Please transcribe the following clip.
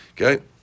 Okay